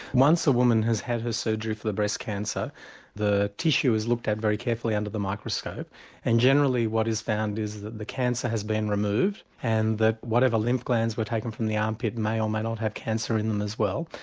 once a woman has had her surgery for the breast cancer the tissue is looked at very carefully under the microscope and generally what is found is that the cancer has been removed and that whatever lymph glands were taken from the armpit may or may not have cancer in them as well.